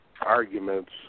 arguments